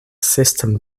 system